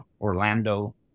Orlando